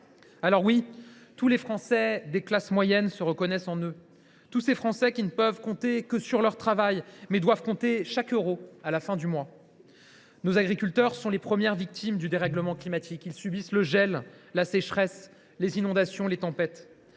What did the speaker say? Alors oui, tous les Français des classes moyennes se reconnaissent en eux, tous ces Français qui ne peuvent compter que sur leur travail, mais doivent compter chaque euro à la fin du mois. Nos agriculteurs sont les premières victimes du dérèglement climatique. Ils subissent le gel, la sécheresse, les inondations. Alors